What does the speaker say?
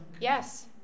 Yes